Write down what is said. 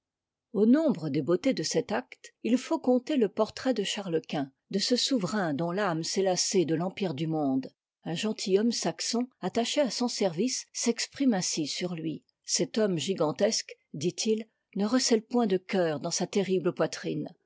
u nombre des beautés de cet acte il faut compter le portrait de chartes quint de ce souverain dont l'âme s'est lassée de l'empire du monde un gentilhomme saxon attaché à son service s'exprime ainsi sur tui cet homme gigantesque dit-il ne recèle point de cœur dans sa ter rible poitrine